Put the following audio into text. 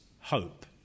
hope